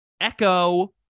Echo